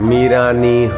Mirani